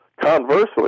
Conversely